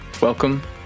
Welcome